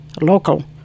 local